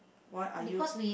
why are you